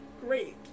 great